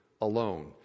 alone